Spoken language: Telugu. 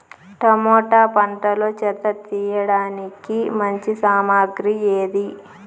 టమోటా పంటలో చెత్త తీయడానికి మంచి సామగ్రి ఏది?